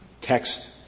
text